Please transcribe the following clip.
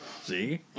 See